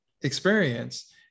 experience